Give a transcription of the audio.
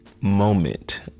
Moment